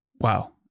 wow